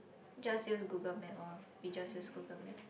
just use Google-Map orh we just use Google-Map